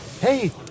hey